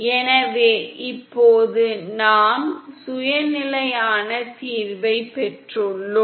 எனவே இப்போது நாம் சுய நிலையான தீர்வைப் பெற்றுள்ளோம்